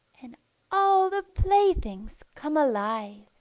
and all the playthings come alive.